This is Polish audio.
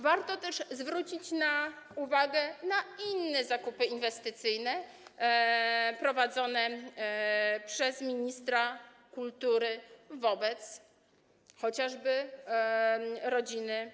Warto też zwrócić na uwagę na inne zakupy inwestycyjne prowadzone przez ministra kultury, dotyczy to chociażby rodziny